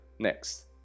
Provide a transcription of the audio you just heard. next